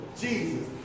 Jesus